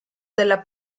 della